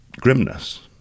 grimness